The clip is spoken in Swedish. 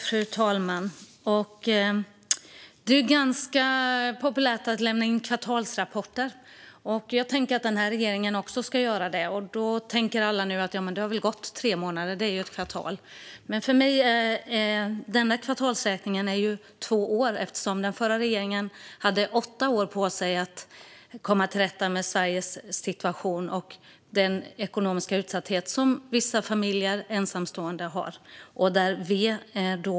Fru talman! Det är ganska populärt att lämna in kvartalsrapporter, och jag tänker att regeringen också ska göra det. Då tänker väl alla att det har gått tre månader nu - ett kvartal - men för mig blir kvartalet två år eftersom den förra regeringen hade åtta år på sig att komma till rätta med Sveriges situation och den ekonomiska utsatthet som vissa familjer och ensamstående har.